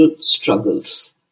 struggles